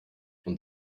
und